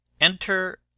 Enter